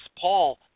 paul